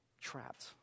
trapped